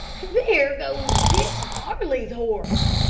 there goes dick varley's horse.